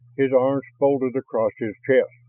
his arms folded across his chest,